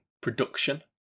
production